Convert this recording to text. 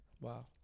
Wow